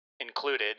Included